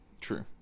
true